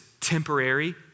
temporary